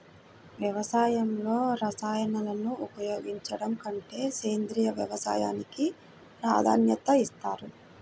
వ్యవసాయంలో రసాయనాలను ఉపయోగించడం కంటే సేంద్రియ వ్యవసాయానికి ప్రాధాన్యత ఇస్తారు